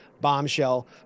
bombshell